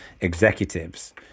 executives